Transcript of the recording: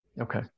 Okay